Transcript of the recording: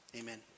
amen